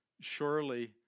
Surely